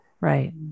Right